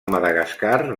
madagascar